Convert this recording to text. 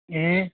ए